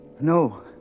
No